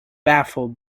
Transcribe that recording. baffled